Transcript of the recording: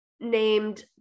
Named